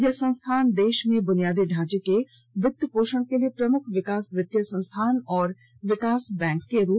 यह संस्थान देश में बुनियादी ढांचे के वित्तपोषण के लिए प्रमुख विकास वित्तीय संस्थान और विकास बैंक के रूप में कार्य करेगा